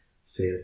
say